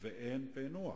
ואין פענוח.